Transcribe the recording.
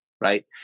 Right